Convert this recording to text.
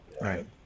right